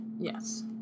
Yes